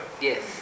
Yes